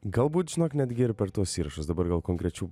galbūt žinok netgi ir per tuos įrašus dabar gal konkrečiau